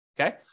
Okay